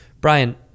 Brian